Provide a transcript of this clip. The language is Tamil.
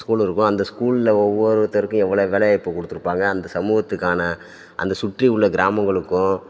ஸ்கூல் இருக்கும் அந்த ஸ்கூலில் ஒவ்வொருத்தருக்கும் எவ்வளோ வேலை வாய்ப்பு கொடுத்துருப்பாங்க அந்த சமூகத்துக்கான அந்த சுற்றி உள்ள கிராமங்களுக்கும்